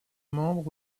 membre